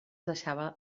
deixava